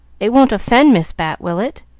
it won't offend miss bat, will it?